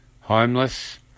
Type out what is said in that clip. homeless